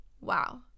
Wow